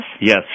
Yes